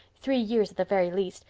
three years at the very least.